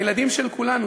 הילדים של כולנו,